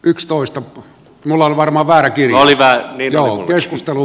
yksitoista nolla varma värkillä linjoilla keskustelu